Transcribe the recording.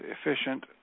efficient